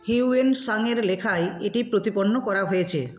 Hiuen সাঙের লেখায় এটি প্রতিপন্ন করা হয়েছে